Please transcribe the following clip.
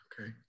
okay